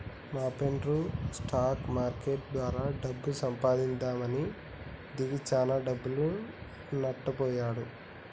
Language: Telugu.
మాప్రెండు స్టాక్ మార్కెట్టు ద్వారా డబ్బు సంపాదిద్దామని దిగి చానా డబ్బులు నట్టబొయ్యిండు